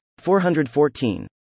414